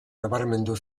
nabarmendu